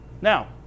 Now